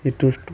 ഏറ്റോഷ്ട്ടം